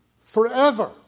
forever